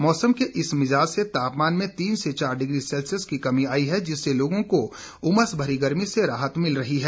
मौसम के इस मिज़ाज से तापमान में तीन से चार डिग्री सेल्सियस की कमी आई है जिससे लोगों को उमस भरी गर्मी से राहत मिल रही है